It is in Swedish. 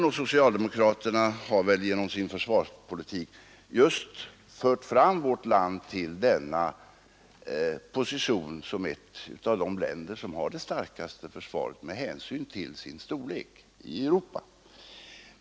Och socialdemokraterna har väl genom sin försvarspolitik just fört fram vårt land till positionen som ett av de länder som med hänsyn till sin storlek har det starkaste försvaret i Europa.